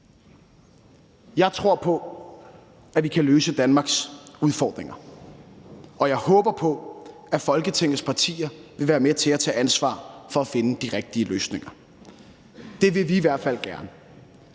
Jeg tror på, at vi kan løse Danmarks udfordringer, og jeg håber på, at Folketingets partier vil være med til at tage ansvar for at finde de rigtige løsninger. Det vil vi i hvert fald gerne.